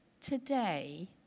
today